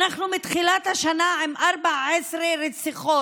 ואנחנו מתחילת השנה עם 14 רציחות.